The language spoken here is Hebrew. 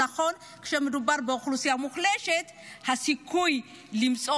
נכון שכשמדובר באוכלוסייה מוחלשת הסיכוי למצוא